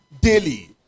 daily